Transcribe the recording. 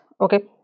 okay